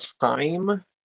time